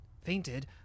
fainted